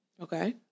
Okay